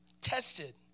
tested